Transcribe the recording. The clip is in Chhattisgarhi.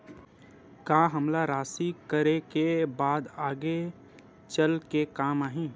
का हमला राशि करे के बाद आगे चल के काम आही?